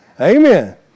Amen